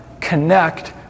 connect